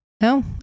No